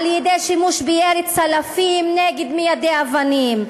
על-ידי שימוש בירי צלפים נגד מיידי אבנים,